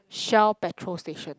shell petrol station